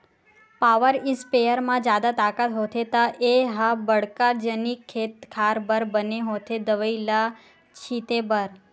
power sprayer म जादा ताकत होथे त ए ह बड़का जनिक खेते खार बर बने होथे दवई ल छिते बर